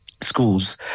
schools